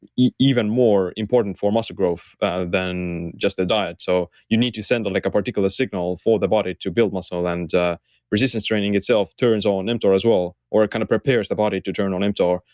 even more important for muscle growth than just the diet. so you need to send a like particular signal for the body to build muscle. and resistance training itself turns on mtor as well, or it kind of prepares the body to turn on mtor.